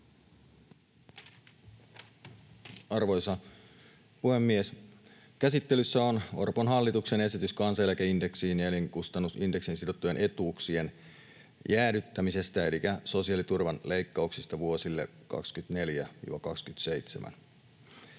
Arvoisa puhemies! Käsittelyssä on Orpon hallituksen esitys kansaneläkeindeksiin ja elinkustannusindeksiin sidottujen etuuksien jäädyttämisestä elikkä sosiaaliturvan leikkauksista vuosille 24—27.